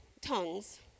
tongues